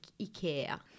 Ikea